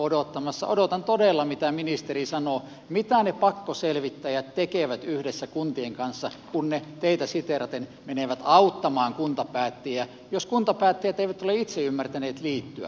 odotan todella mitä ministeri sanoo mitä ne pakkoselvittäjät tekevät yhdessä kuntien kanssa kun he teitä siteeraten menevät auttamaan kuntapäättäjiä jos kuntapäättäjät eivät ole itse ymmärtäneet liittyä